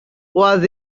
was